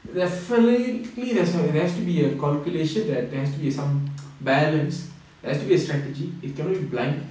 definitely that's what I'm going there has to be a calculation that there has to be some balance there has to be a strategy it cannot be blind